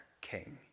king